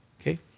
Okay